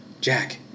Jack